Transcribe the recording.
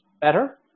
better